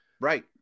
Right